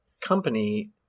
company